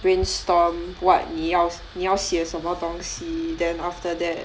brainstorm what 你要你要写什么东西 then after that